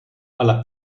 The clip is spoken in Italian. alla